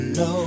no